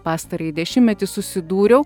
pastarąjį dešimtmetį susidūriau